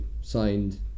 signed